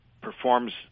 performs